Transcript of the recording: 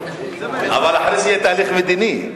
אבל אחרי שיהיה תהליך מדיני.